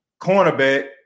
cornerback